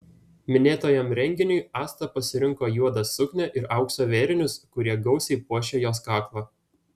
minėtajam renginiui asta pasirinko juodą suknią ir aukso vėrinius kurie gausiai puošė jos kaklą